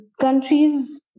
countries